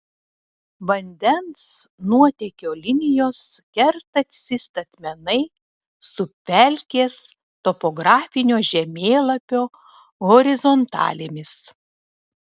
vandens nuotėkio linijos kertasi statmenai su pelkės topografinio žemėlapio horizontalėmis